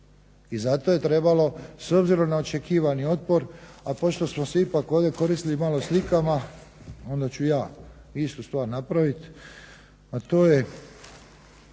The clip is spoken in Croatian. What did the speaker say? I zato je trebalo s obzirom na očekivani otpor, a pošto smo se ipak ovdje koristili malo slikama onda ću i ja istu stvar napraviti, a to je